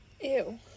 Ew